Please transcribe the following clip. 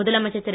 முதலமைச்சர் திரு